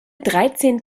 dreizehn